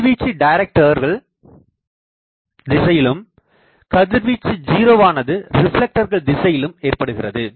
கதிர்வீச்சு டைரக்டர்கள் திசையிலும் கதிர்வீச்சு ஜீரோவானது ரிப்ளெக்டர் திசையிலும் ஏற்படுகிறது